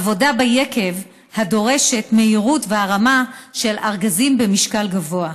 עבודה ביקב הדורשת מהירות והרמה של ארגזים במשקל גבוה.